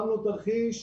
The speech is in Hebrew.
שמנו תרחיש,